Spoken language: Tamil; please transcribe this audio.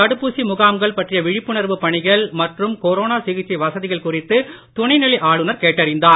தடுப்பூசி முகாம்கள் பற்றிய விழிப்புணர்வு பணிகள் மற்றும் கொரோனா சிகிச்சை வசதிகள் குறித்து துணை நிலை ஆளுனர் கேட்டறிந்தார்